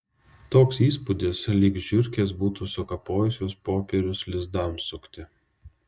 toks įspūdis lyg žiurkės būtų sukapojusios popierius lizdams sukti